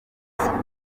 isuku